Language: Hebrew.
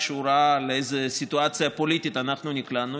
כשהוא ראה לאיזו סיטואציה פוליטית אנחנו נקלענו,